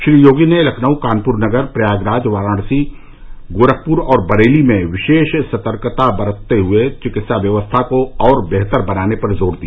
श्री योगी ने लखनऊ कानपुर नगर प्रयागराज वाराणसी गोरखपुर और बरेली में विशेष सतर्कता बरतते हुए चिकित्सा व्यवस्था को और बेहतर बनाने पर जोर दिया